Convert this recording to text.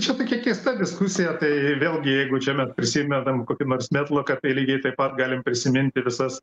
čia tokia keista diskusija tai vėlgi jeigu čia mes prisimenam kokį nors metloką tai lygiai taip pat galim prisiminti visas